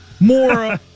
more